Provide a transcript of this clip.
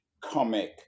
comic